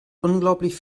unglaublich